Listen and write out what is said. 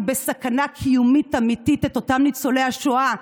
בסכנה קיומית אמיתית את אותם ניצולי השואה,